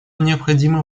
необходима